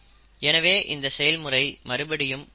எனவே இந்த செயல்முறை மறுபடியும் நடக்காது